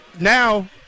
now